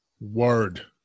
Word